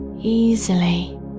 easily